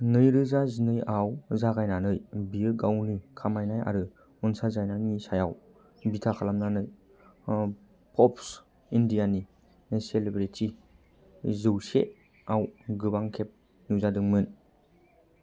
नैरोजा जिनै आव जागायनानै बियो गावनि खामायनाय आरो अनसायजानायनि सायाव बिथा खालामनानै पप्स इण्डियानि सेलेब्रिटि जौसे आव गोबां खेब नुजादोंमोन